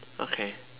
okay